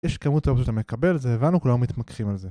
יש כמות האופציות שאתה מקבל, זה הבנו, כולנו מתמקחים על זה